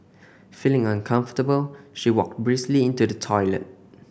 feeling uncomfortable she walked briskly into the toilet